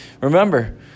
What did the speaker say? Remember